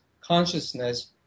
consciousness